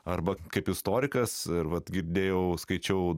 arba kaip istorikas ir vat girdėjau skaičiau